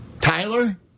Tyler